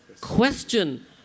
question